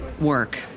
work